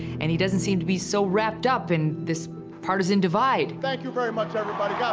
and he doesn't seem to be so wrapped up in this partisan divide. thank you very much, everybody, god